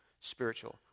spiritual